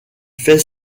fait